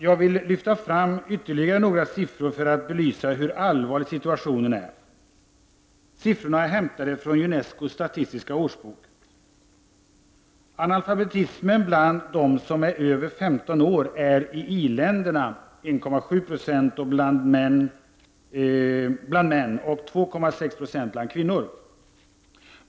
Jag vill framhålla ytterligare några siffror för att belysa hur allvarlig situationen är. Siffrorna är hämtade från UNESCO:s statistiska årsbok: Analfabetismen bland dem som är över 15 år är i i-länderna 1,7 90 bland män och 2,6 20 bland kvinnor.